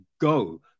go